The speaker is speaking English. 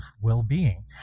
well-being